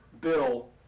Bill